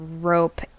rope